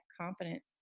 confidence